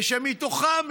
ומתוכם,